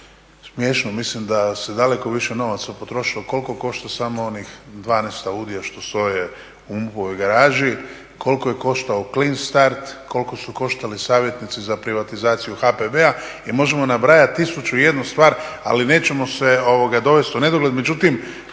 smiješno. Mislim da se daleko više novaca potrošilo. Koliko košta samo onih 12 audia što stoje u MUP-ovoj garaži. Koliko je koštao clin start, koliko su koštali savjetnici za privatizaciju HPB-a i možemo nabrajati 1001 stvar. Ali nećemo se dovesti u nedogled.